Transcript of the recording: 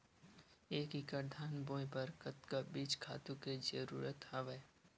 एक एकड़ धान बोय बर कतका बीज खातु के जरूरत हवय?